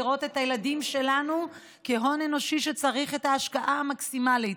לראות את הילדים שלנו כהון אנושי שצריך את ההשקעה המקסימלית,